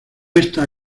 está